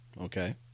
Okay